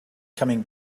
coming